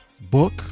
book